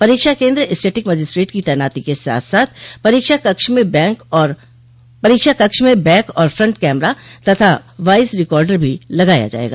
परीक्षा केन्द्र static magistrate की तैनाती के साथ साथ परीक्षा कक्ष में बैक और फ्रंट कैमरा तथा वाईस रिकार्डर भी लगाया जायेगा